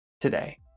today